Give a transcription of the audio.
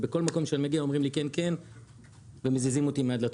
בכל מקום שאני מגיע אומרים לי כן כן ומזיזים אותי מהדלתות.